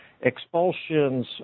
expulsions